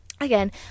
again